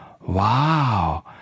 Wow